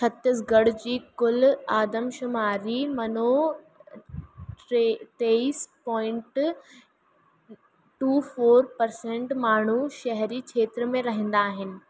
छत्तीसगढ़ जी कुल आदमशुमारी मनो टे तेवीस पोइंट टू फ़ोर पर्सेंट माण्हू शहरी खेत्र में रहंदा आहिनि